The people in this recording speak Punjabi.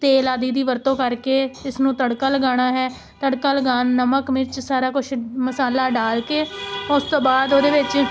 ਤੇਲ ਆਦਿ ਦੀ ਵਰਤੋਂ ਕਰਕੇ ਇਸਨੂੰ ਤੜਕਾ ਲਗਾਉਣਾ ਹੈ ਤੜਕਾ ਲਗਾਉਣ ਨਮਕ ਮਿਰਚ ਸਾਰਾ ਕੁਛ ਮਸਾਲਾ ਡਾਲ ਕੇ ਉਸ ਤੋਂ ਬਾਅਦ ਉਹਦੇ ਵਿੱਚ